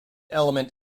element